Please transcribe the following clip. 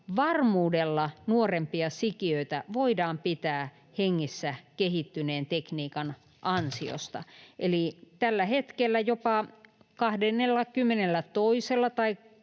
varmuudella nuorempia sikiöitä voidaan pitää hengissä kehittyneen tekniikan ansiosta. Eli tällä hetkellä jopa 22. tai 23. raskausviikolla